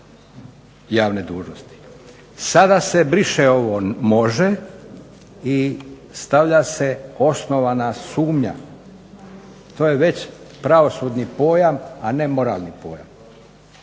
javne dužnosti. Sada se briše ovo može i stavlja se osnovana sumnja. To je već pravosudni pojam, a ne moralni pojam.